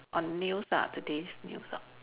on news ah today's news ah